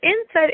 inside